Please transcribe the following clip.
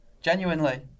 genuinely